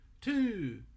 two